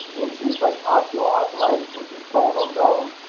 issues like osteoarthritis, which is bone on bone.